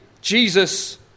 Jesus